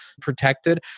protected